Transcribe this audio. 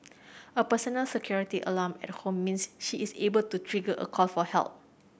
a personal security alarm at home means she is able to trigger a call for help